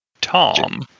Tom